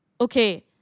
okay